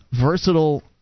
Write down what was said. versatile